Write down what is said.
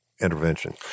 intervention